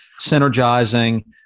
synergizing